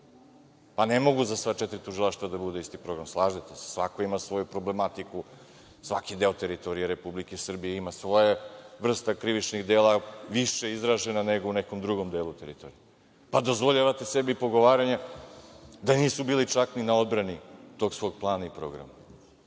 a ne može za sva četiri tužilaštva da bude isti program, slažete se? Svako ima svoju problematiku, svaki deo teritorije Republike Srbije ima svoje vrste krivičnih dela više izražena nego u nekom drugom delu teritorije. Pa, dozvoljavate sebi ogovaranja da nisu bili čak ni na odbrani tog svog plana i programa.